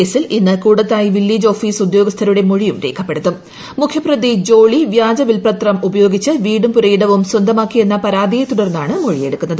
കേസിൽ ഇന്ന് Koodathayi village office ഉദ്യോഗസ്ഥരുടെ മൊഴിയും രേഖപ്പെടുത്തും മുഖ്യപ്രതി ജോളി വ്യാജ വിൽപ്പത്രം ഉപയോഗിച്ച് വീടും പുരയിടവും സ്വന്തമാക്കിയെന്ന പരാതിയെ തുടർന്നാണ് മൊഴിയെടുക്കുന്നത്